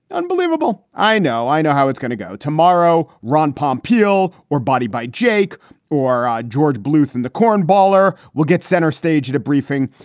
unbelievable. i know. i know how it's gonna go tomorrow. ron pompeo or body by jake or or george bluth and the corn baller will get center stage at a briefing.